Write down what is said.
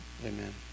Amen